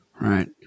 right